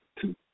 two